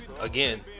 again